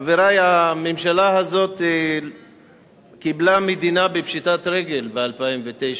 חברי, הממשלה הזאת קיבלה מדינה בפשיטת רגל ב-2009,